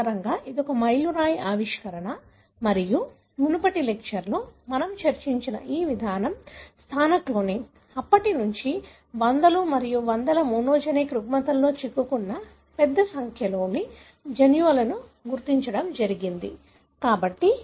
ఇది ఒక మైలురాయి ఆవిష్కరణ మరియు మునుపటి లెక్చర్లో మనము చర్చించిన ఈ విధానం స్థాన క్లోనింగ్ అప్పటి నుండి వందల మరియు వందల మోనోజెనిక్ రుగ్మతలలో చిక్కుకున్న పెద్ద సంఖ్యలో జన్యువులను గుర్తించడం జరిగింది